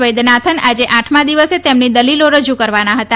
વૈદ્યનાથન આજે આઠમાં દિવસે તેમની દલીલો રજૂ કરવાના હતા